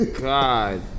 God